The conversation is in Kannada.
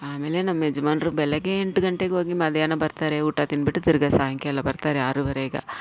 ಆಮೇಲೆ ನಮ್ಮ ಯಜಮಾನ್ರು ಬೆಳಿಗ್ಗೆ ಎಂಟು ಗಂಟೆಗೋಗಿ ಮಧ್ಯಾಹ್ನ ಬರ್ತಾರೆ ಊಟ ತಿಂದ್ಬಿಟ್ಟು ತಿರುಗ ಸಾಯಂಕಾಲ ಬರ್ತಾರೆ ಆರುವರೆಗೆ